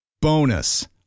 Bonus